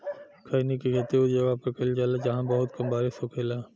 खईनी के खेती उ जगह पर कईल जाला जाहां बहुत कम बारिश होखेला